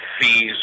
fees